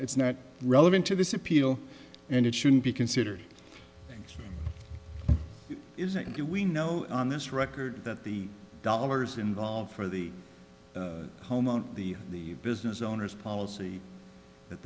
it's not relevant to this appeal and it shouldn't be considered isn't it we know on this record that the dollars involved for the homeowner the business owner's policy